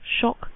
Shock